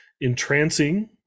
entrancing